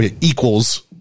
equals